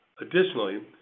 Additionally